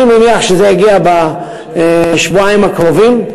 אני מניח שזה יגיע בשבועיים הקרובים.